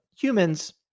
humans